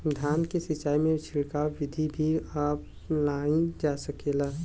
धान के सिचाई में छिड़काव बिधि भी अपनाइल जा सकेला?